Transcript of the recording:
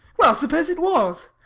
well, suppose it was!